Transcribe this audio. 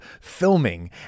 filming